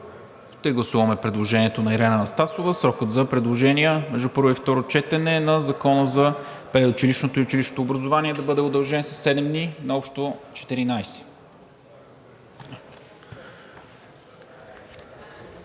Ще гласуваме предложението на Ирена Анастасова срокът за предложения между първо и второ четене на Закона за предучилищното и училищното образование да бъде удължен със седем дни – общо 14.